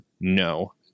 No